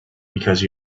because